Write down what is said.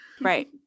right